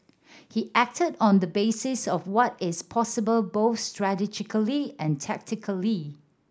he acted on the basis of what is possible both strategically and tactically